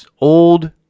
old